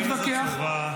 תתווכח -- חבר הכנסת סובה.